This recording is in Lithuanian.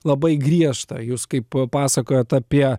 labai griežta jūs kaip papasakojot apie